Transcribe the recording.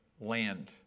land